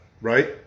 right